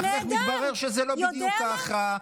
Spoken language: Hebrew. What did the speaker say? ואז מתברר שזה לא בדיוק ככה,